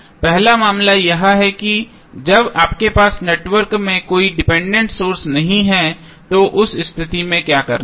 पहला मामला यह है कि जब आपके पास नेटवर्क है जिसमें कोई डिपेंडेंट सोर्स नहीं है तो उस स्थिति में हमें क्या करना है